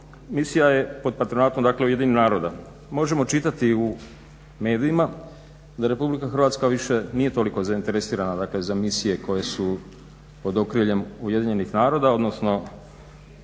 misija je pod patronatom, dakle Ujedinjenih naroda. Možemo čitati u medijima da Republika Hrvatska više nije toliko zainteresirana, dakle za misije koje su pod okriljem Ujedinjenih naroda, odnosno